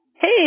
hey